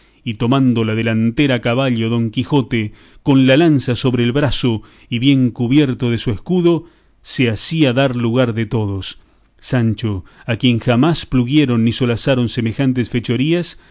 y tomando la delantera a caballo don quijote con la lanza sobre el brazo y bien cubierto de su escudo se hacía dar lugar de todos sancho a quien jamás pluguieron ni solazaron semejantes fechurías